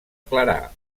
clarà